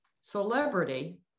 celebrity